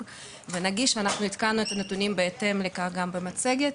ואנחנו עדכנו בהתאם לכך את הנתונים גם במצגת.